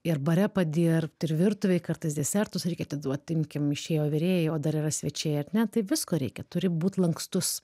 ir bare padirbt ir virtuvėj kartais desertus reikia atiduot imkim išėjo virėjai o dar yra svečiai ar ne taip visko reikia turi būt lankstus